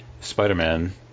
Spider-Man